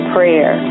Prayer